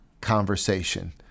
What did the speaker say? conversation